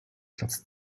platz